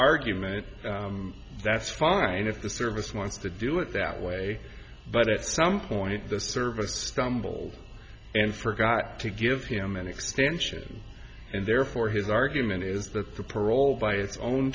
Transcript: argument that's fine if the service wants to do it that way but at some point the service stumbles and forgot to give him an extension and therefore his argument is that the parole by its own